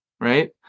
right